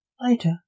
Later